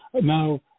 Now